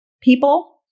people